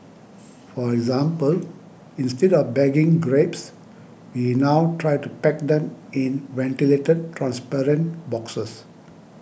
for example instead of bagging grapes we now try to pack them in ventilated transparent boxes